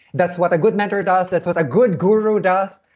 that's what a good mentor does, that's what a good guru does,